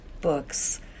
books